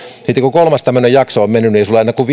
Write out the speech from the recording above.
sitten kun kolmas tämmöinen jakso on mennyt niin ei ole kuin